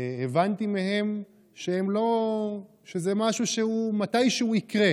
הבנתי מהם שזה משהו שמתישהו יקרה,